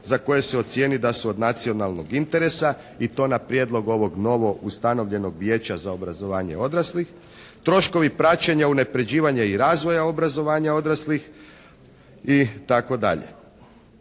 za koje se ocijeni da su od nacionalnog interesa i to na prijedlog ovog novo ustanovljenog Vijeća za obrazovanje odraslih. Troškovi praćenja, unapređivanja i razvoja obrazovanja odraslih itd.